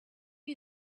you